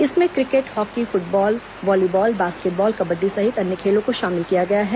इसमें cricket hockey football volleyball basketball kabaddi सहित अन्य खेलों को शामिल किया गया है